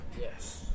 Yes